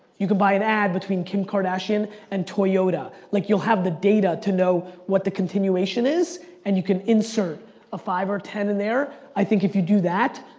you can buy an ad between kim kardashian and toyota. like, you'll have the data to know what the continuation is and you can insert a five or ten in there. i think if you could do that,